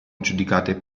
giudicate